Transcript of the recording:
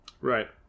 Right